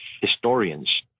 historians